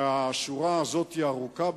השורה הזאת היא ארוכה,